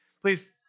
Please